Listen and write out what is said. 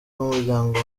n’umuryango